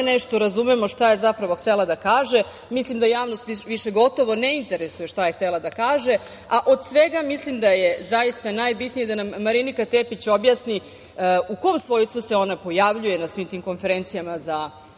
nešto razumemo šta je zapravo htela da kaže. Mislim da javnost više gotovo i ne interesuje šta je htela da kaže, a od svega mislim da je zaista najbitnije da nam Marinika Tepić objasni u kom svojstvu se ona pojavljuje na svim tim konferencijama za